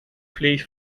vlees